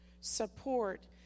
support